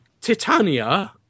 Titania